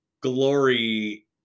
glory